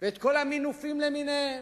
ואת כל המינופים למיניהם,